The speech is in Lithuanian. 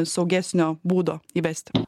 saugesnio būdo įvesti